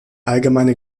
allgemeine